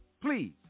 Please